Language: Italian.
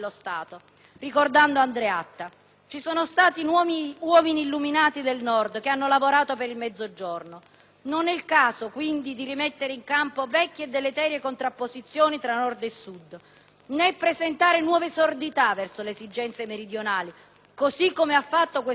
«Ci sono stati uomini illuminati del Nord che hanno lavorato per il Mezzogiorno. Non è il caso quindi di rimettere in campo vecchie e deleterie contrapposizioni tra Nord e Sud, né presentare nuove sordità verso le esigenze meridionali», così come ha fatto questo Governo invece sui fondi FAS.